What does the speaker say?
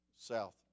south